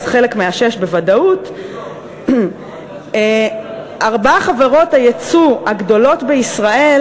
אז חלק מהשש בוודאות ארבע חברות היצוא הגדולות בישראל